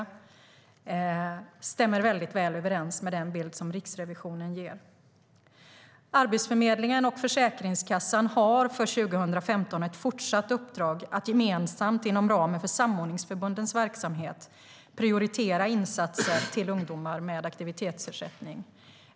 Det stämmer väldigt väl överens med den bild som Riksrevisionen ger. Arbetsförmedlingen och Försäkringskassan har för 2015 ett fortsatt uppdrag att gemensamt inom ramen för samordningsförbundens verksamhet prioritera insatser till ungdomar med aktivitetsersättning.